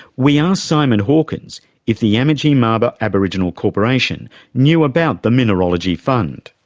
we asked simon hawkins if the yamatji marlpa aboriginal corporation knew about the mineralogy fund.